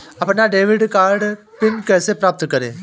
अपना debit card PIN कैसे प्राप्त करें?